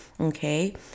okay